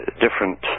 different